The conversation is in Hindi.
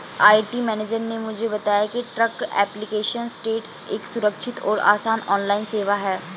आई.टी मेनेजर ने मुझे बताया की ट्रैक एप्लीकेशन स्टेटस एक सुरक्षित और आसान ऑनलाइन सेवा है